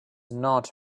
not